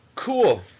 Cool